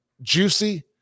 Juicy